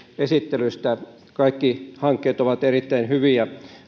esittelystä kaikki hankkeet ovat erittäin hyviä